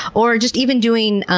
or just even doing,